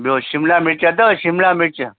ॿियो शिमला मिर्चु अथव शिमला मिर्चु